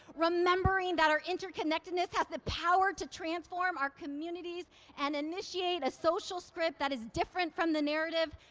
remembering that our interconnectedness has the power to transform our communities and initiate a social script that is different from the narrative,